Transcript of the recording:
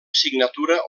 signatura